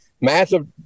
massive